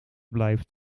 blijft